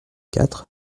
quatre